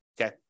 Okay